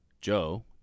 Joe